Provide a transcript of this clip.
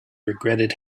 regretted